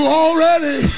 already